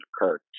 occurred